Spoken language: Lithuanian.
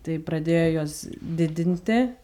tai pradėjo juos didinti